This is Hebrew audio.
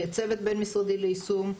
צוות בין-משרדי ליישום,